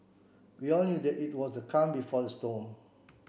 we all knew that it was the calm before the storm